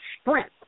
strength